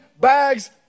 bags